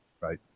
Right